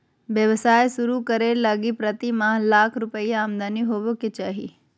व्यवसाय शुरू करे लगी प्रतिमाह लाख रुपया आमदनी होबो के चाही